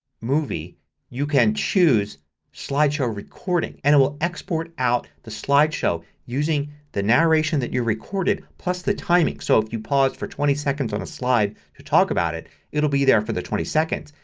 movie you can choose slideshow recording and it will export out the slideshow using the narration that you recorded plus the timing. so if you paused for twenty seconds on a slide to talk about it it'll be there for the twenty seconds.